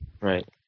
Right